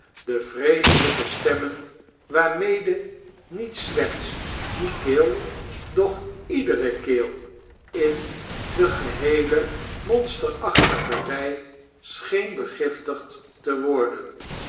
de vreeselijke stemmen waar mede niet slechts die keel doch iedere keel in de geheele monsterachtige rij scheen begiftigdte worden